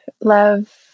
Love